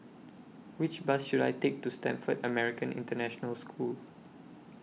Which Bus should I Take to Stamford American International School